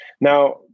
Now